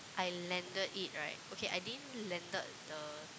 I landed it right okay I didn't landed the